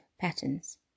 patterns